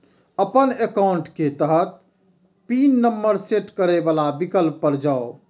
अपन एकाउंट के तहत पिन नंबर सेट करै बला विकल्प पर जाउ